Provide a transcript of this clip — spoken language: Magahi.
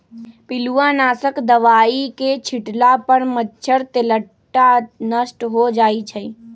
पिलुआ नाशक दवाई के छिट्ला पर मच्छर, तेलट्टा नष्ट हो जाइ छइ